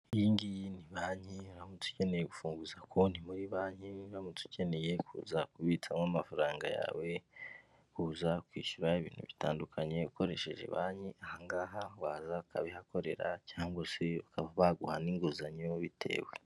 Iyi ngiyi ni banki uramutse ukeneye gufunguza konti muri banki, uramutse ukeneye kuza kubitsamo amafaranga yawe, kuza kwishyura ibintu bitandukanye ukoresheje banki ahangaha waza ukabihakorera cyangwa se bakaba baguha n'inguzanyo bitewe.